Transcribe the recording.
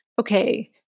Okay